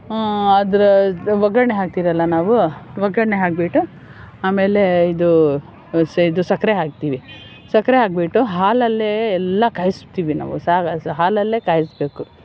ಅದರ ಒಗ್ಗರಣೆ ಹಾಕ್ತೀವಲ್ಲ ನಾವು ಒಗ್ಗರಣೆ ಹಾಕಿಬಿಟ್ಟು ಆಮೇಲೆ ಇದು ಇದು ಸಕ್ಕರೆ ಹಾಕ್ತೀವಿ ಸಕ್ಕರೆ ಹಾಕಿಬಿಟ್ಟು ಹಾಲಲ್ಲೇ ಎಲ್ಲ ಕಾಯಿಸ್ತೀವಿ ನಾವು ಹಾಲಲ್ಲೇ ಕಾಯಿಸಬೇಕು